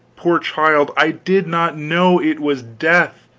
poor child, i did not know it was death